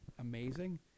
amazing